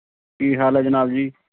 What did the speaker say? ਕੀ ਹਾਲ ਹੈ ਜਨਾਬ ਜੀ